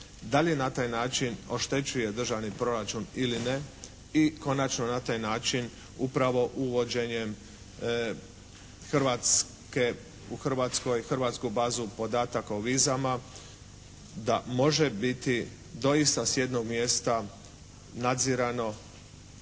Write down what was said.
Da li na taj način oštećuje državni proračun ili ne? I konačno na taj način upravo uvođenjem Hrvatske, u Hrvatskoj hrvatsku bazu podataka o vizama da može biti doista s jednog mjesta nadzirano